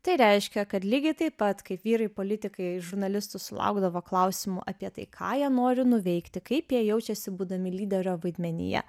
tai reiškia kad lygiai taip pat kaip vyrai politikai iš žurnalistų sulaukdavo klausimų apie tai ką jie nori nuveikti kaip jie jaučiasi būdami lyderio vaidmenyje